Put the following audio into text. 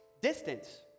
distance